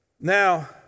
Now